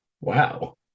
Wow